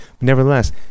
Nevertheless